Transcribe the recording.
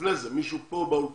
במוצר הזה, אנחנו חושבים שהוא נכון.